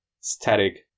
static